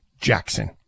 Jackson